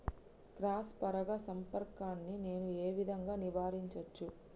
Cross పరాగ సంపర్కాన్ని నేను ఏ విధంగా నివారించచ్చు?